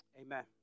Amen